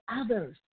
others